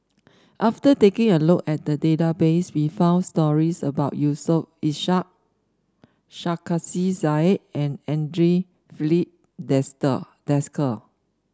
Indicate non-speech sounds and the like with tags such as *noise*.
after taking a look at the database we found stories about Yusof Ishak Sarkasi Said and Andre Filipe *unintelligible* Desker